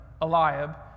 Eliab